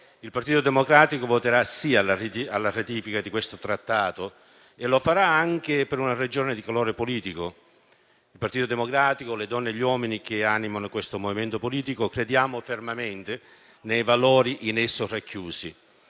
Il Partito Democratico voterà sì alla ratifica di questo trattato e lo farà anche per una ragione di colore politico. Il Partito Democratico, le donne e gli uomini che animano questo movimento politico, credono fermamente nei valori in esso racchiusi.